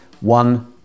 one